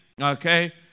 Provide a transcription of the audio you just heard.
okay